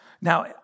Now